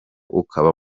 ukaba